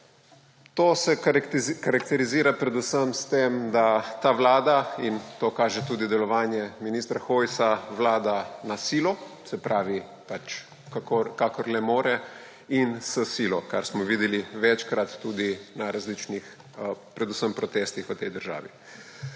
To se karakterizira predvsem s tem, da ta vlada – in to kaže tudi delovanje ministra Hojsa – vlada na silo, se pravi, kakor le more in s silo, kar smo videli večkrat, predvsem na različnih protestih v tej državi.